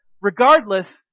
regardless